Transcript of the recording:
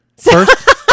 First